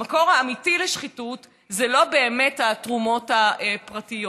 המקור האמיתי לשחיתות הוא לא באמת התרומות הפרטיות.